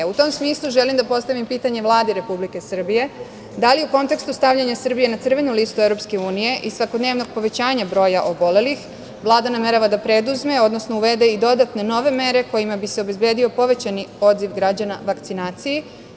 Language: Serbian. U tom smislu želim da postavim pitanje Vladi Republike Srbije - da li u kontekstu stavljanja Srbije na crvenu listu EU i svakodnevnog povećanja broja obolelih Vlada namerava da preduzme, odnosno uvede i dodatne nove mere kojima bi se obezbedio povećani odziv građana vakcinaciji?